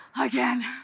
again